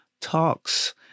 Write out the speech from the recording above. talks